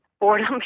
boredom